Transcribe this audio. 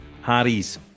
Harry's